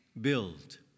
Build